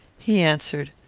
he answered,